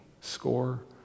score